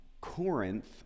Corinth